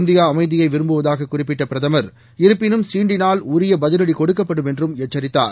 India அமைதியை விரும்புவதூகக் குறிப்பிட்ட பிரதமர் இருப்பினும் சீண்டினால் உரிய பதிவடி கொடுக்கப்படும் என்றும் எச்சரித்தார்